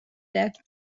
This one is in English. that